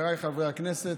חבריי חברי הכנסת,